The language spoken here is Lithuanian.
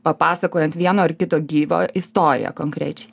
papasakojant vieno ar kito gyvio istoriją konkrečiai